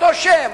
אותו שם,